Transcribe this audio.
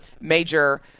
major